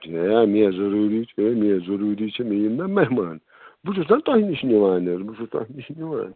ہے مےٚ ضروٗری چھِ ہے مےٚ ضروٗری چھِ مےٚ یِن نا مہمان بہٕ چھُس نا حظ تۄہہِ نِش نِوان حظ بہٕ چھُس تۄہہِ نِش نِوان